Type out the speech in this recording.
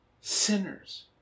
sinners